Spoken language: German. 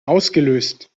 ausgelöst